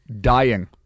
dying